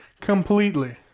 completely